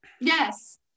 Yes